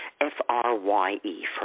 F-R-Y-E